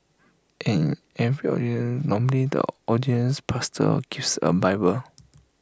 and every in normally ordaining pastor gives A bible